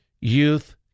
youth